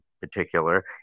particular